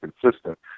consistent